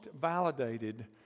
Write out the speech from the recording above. validated